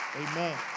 Amen